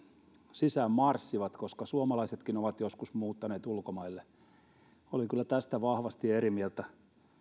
sisään marssivat koska suomalaisetkin ovat joskus muuttaneet ulkomaille olen kyllä tästä vahvasti eri mieltä